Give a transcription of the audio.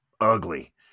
ugly